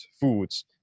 foods